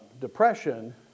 depression